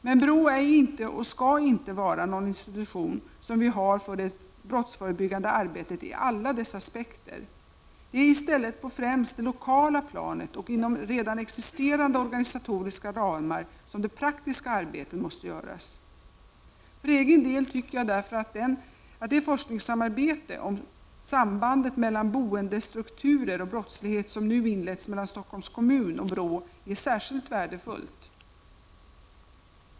Men BRÅ är inte — och skall inte vara — någon institution som vi har för det brottsförebyggande arbetet i alla dess aspekter. Det är i stället på främst det lokala planet och inom redan existerande organisatoriska ramar som det praktiska arbetet måste göras. För egen del tycker jag därför att det forskningssamarbete om sambandet mellan boendestrukturer och brottslighet som nu inletts mellan Stockholms kommun och BRÅ är särskilt värdefullt.